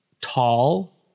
tall